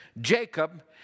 Jacob